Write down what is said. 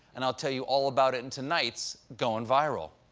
and i'll tell you all about it in tonight's goin' viral.